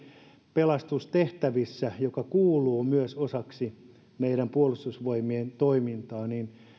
pelastustehtävissä jotka kuuluvat myös osaksi meidän puolustusvoimien toimintaa